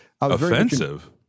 offensive